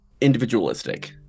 individualistic